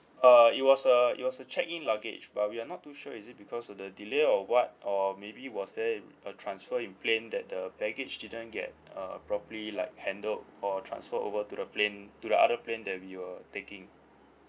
uh it was a it was a check in luggage but we are not too sure is it because of the delay or what or maybe was there a transfer in plane that the baggage didn't get uh properly like handled or transferred over to the plane to the other plane that we were taking